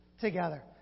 together